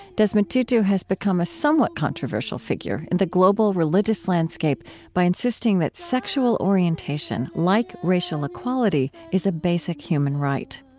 desmond tutu has become a somewhat controversial figure in the global religious landscape by insisting that sexual orientation, like racial equality, is a basic human right.